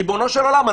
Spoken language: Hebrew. ריבונו של עולם,